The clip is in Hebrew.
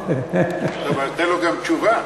תן לו גם תשובה.